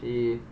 actually